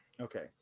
okay